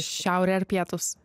šiaurė ar pietūs